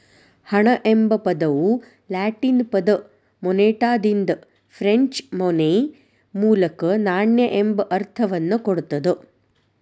ಹಣ ಎಂಬ ಪದವು ಲ್ಯಾಟಿನ್ ಪದ ಮೊನೆಟಾದಿಂದ ಫ್ರೆಂಚ್ ಮೊನೈ ಮೂಲಕ ನಾಣ್ಯ ಎಂಬ ಅರ್ಥವನ್ನ ಕೊಡ್ತದ